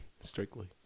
strictly